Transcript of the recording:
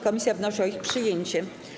Komisja wnosi o ich przyjęcie.